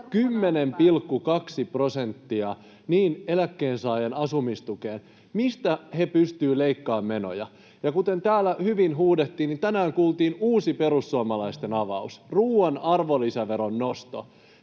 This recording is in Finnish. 10,2 prosenttia eläkkeensaajien asumistuesta — mistä he pystyvät leikkaamaan menoja? Ja kuten täällä hyvin huudettiin, niin tänään kuultiin uusi perussuomalaisten avaus, ruuan arvonlisäveron nosto.